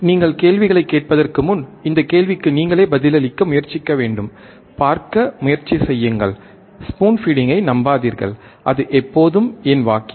நீங்கள் கேள்விகளைக் கேட்பதற்கு முன் இந்த கேள்விக்கு நீங்களே பதிலளிக்க முயற்சிக்க வேண்டும் பார்க்க முயற்சி செய்யுங்கள் ஸ்பூன் ஃபிடிங்கை நம்பாதீர்கள் அது எப்போதும் என் வாக்கியம்